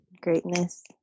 greatness